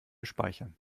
speichern